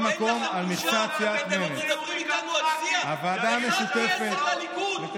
אתה תגיד לנו כמה הליכוד מקבל,